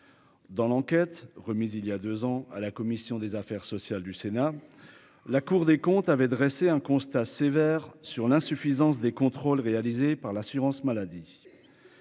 Dans l'enquête remise il y a 2 ans à la commission des affaires sociales du Sénat, la Cour des comptes avait dressé un constat sévère sur l'insuffisance des contrôles réalisés par l'assurance maladie,